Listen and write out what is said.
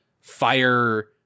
Fire